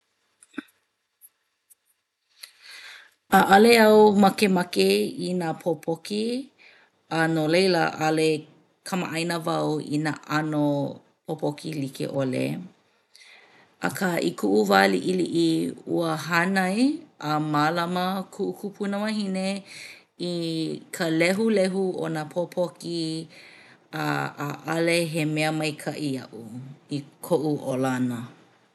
ʻAʻale au makemake i nā pōpoki a no laila ʻaʻale kamaʻāina wau i nā ʻano pōpoki like ʻole. Akā i kuʻu wā liʻiliʻi, ua hānai a mālama kuʻu kupunawahine i ka lehulehu o nā pōpoki a ʻaʻale he mea maikaʻi iaʻu i koʻu ola ʻana.